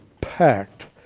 packed